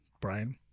Brian